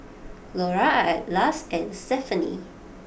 Laura Atlas and Stephany